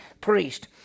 priest